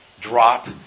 drop